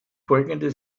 folgende